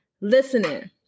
listening